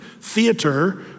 theater